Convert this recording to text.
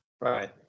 Right